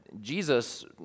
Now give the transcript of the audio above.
Jesus